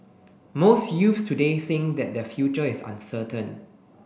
most youth today think that their future is uncertain